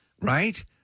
right